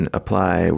apply